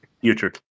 Future